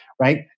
right